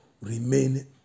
remain